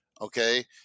okay